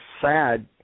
sad